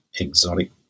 exotic